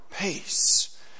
peace